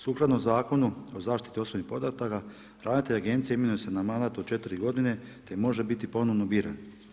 Sukladno Zakonu o zaštiti osobnih podataka ravnatelj agencije imenuje se na mandat od četiri godine te može biti ponovno biran.